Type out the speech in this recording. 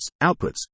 outputs